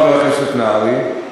חבר הכנסת נהרי,